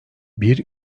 bir